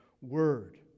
word